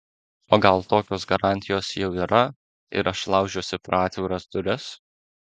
o gal tokios garantijos jau yra ir aš laužiuosi pro atviras duris